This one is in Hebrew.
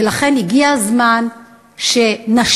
ולכן הגיע הזמן שנשיל,